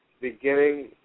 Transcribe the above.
beginning